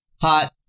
hot